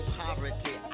poverty